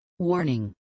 Warning